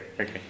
okay